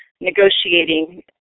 negotiating